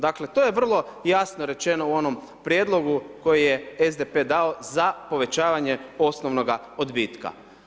Dakle, to je vrlo jasno rečeno u onom prijedlogu koji je SDP dao za povećanje osnovnoga odbitka.